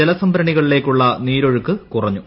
ജലസംഭരണികളിലേക്കുള്ള നീരൊഴുക്ക് കുറഞ്ഞു